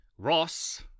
Ross